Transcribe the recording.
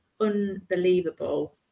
unbelievable